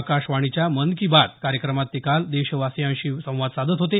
आकाशवाणीच्या मन की बात कार्यक्रमात ते काल देशवासियांशी संवाद साधत होते